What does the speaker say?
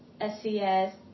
SCS